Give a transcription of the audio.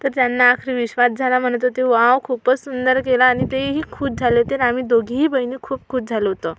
तर त्यांना आखरी विश्वास झाला म्हणत होते वॉव खूपच सुंदर केला आणि तेही खुश झाले होते आणि आम्ही दोघीही बहिणी खूप खुश झालो होतो